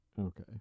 okay